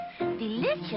delicious